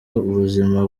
ubuzima